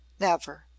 Never